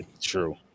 true